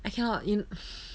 I cannot in